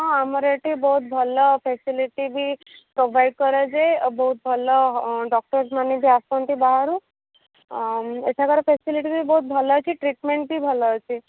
ହଁ ଆମର ଏଠି ବହୁତ ଭଲ ଫେସିଲିଟି ବି ପ୍ରୋଭାଇଡ଼୍ କରାଯାଏ ଆଉ ବହୁତ ଭଲ ଡ଼କ୍ଟର୍ସ୍ ମାନେ ବି ଆସନ୍ତି ବାହାରୁ ଏଠାକାର ଫେସିଲିଟି ବି ବହୁତ ଭଲ ଅଛି ଟ୍ରିଟ୍ମେଣ୍ଟ୍ ବି ଭଲ ଅଛି